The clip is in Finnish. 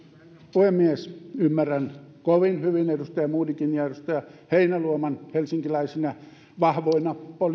puhemies ymmärrän kovin hyvin että edustaja modig ja edustaja heinäluoma helsinkiläisinä vahvoina